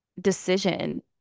decision